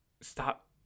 stop